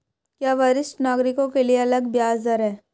क्या वरिष्ठ नागरिकों के लिए अलग ब्याज दर है?